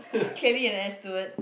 clearly an air steward